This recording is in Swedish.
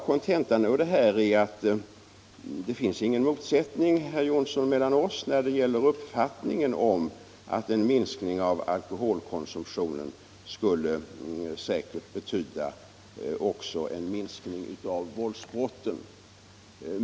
Kontentan av detta är att det inte finns någon motsättning mellan herr Jonsson i Alingsås och mig när det gäller uppfattningen att en minskning av alkoholkonsumtionen säkert skulle medföra en minskning av våldsbrotten.